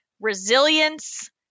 resilience